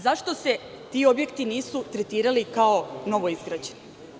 Zašto se ti objekti nisu tretirali kao novoizgrađeni?